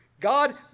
God